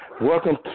welcome